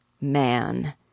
Man